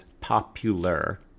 popular